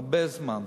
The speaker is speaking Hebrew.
הרבה זמן,